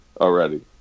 already